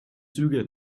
züge